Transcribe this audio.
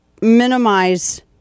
minimize